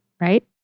right